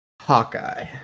Hawkeye